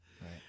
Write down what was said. Right